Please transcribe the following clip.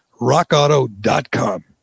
rockauto.com